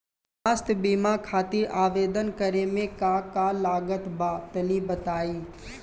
स्वास्थ्य बीमा खातिर आवेदन करे मे का का लागत बा तनि बताई?